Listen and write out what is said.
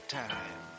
time